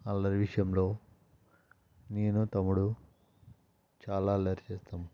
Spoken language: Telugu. అల్లరి విషయంలో నేను తమ్ముడు చాలా అల్లరి చేస్తాం